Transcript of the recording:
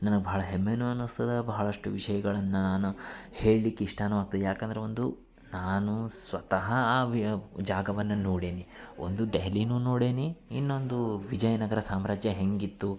ನನಗೆ ಭಾಳ ಹೆಮ್ಮೆನೂ ಅನಿಸ್ತದ ಬಹಳಷ್ಟು ವಿಷಯಗಳನ್ನು ನಾನು ಹೇಳ್ಲಿಕ್ಕೆ ಇಷ್ಟನೂ ಆಗುತ್ತೆ ಯಾಕಂದ್ರೆ ಒಂದು ನಾನು ಸ್ವತಃ ಆ ಜಾಗವನ್ನು ನೋಡೇನಿ ಒಂದು ದೆಹಲಿನೂ ನೋಡೇನಿ ಇನ್ನೊಂದು ವಿಜಯನಗರ ಸಾಮ್ರಾಜ್ಯ ಹೇಗಿತ್ತು